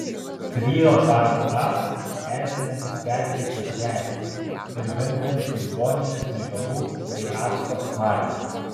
tvyro šarmo kvapas erzinantis perkreiptas šnerves ir vimdanti ligoninės myžalų bei acto smarvė